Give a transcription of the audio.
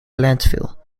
landfill